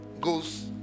goes